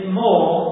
more